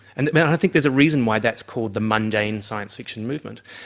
and i think there's a reason why that is called the mundane science fiction movement.